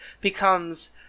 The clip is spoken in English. becomes